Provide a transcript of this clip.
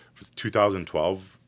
2012